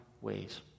ways